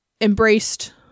embraced